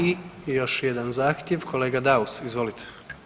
I još jedan zahtjev, kolega Daus, izvolite.